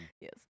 Yes